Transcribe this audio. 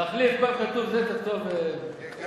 תחליט, לא